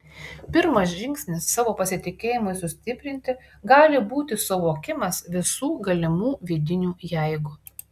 pirmas žingsnis savo pasitikėjimui sustiprinti gali būti suvokimas visų galimų vidinių jeigu